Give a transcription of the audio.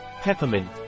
peppermint